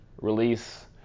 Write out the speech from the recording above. release